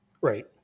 Right